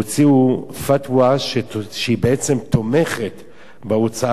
שהוציאה פתווה שבעצם תומכת בהוצאה